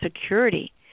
security